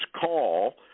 call